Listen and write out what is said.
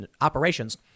operations